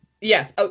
Yes